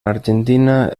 argentina